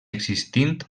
existint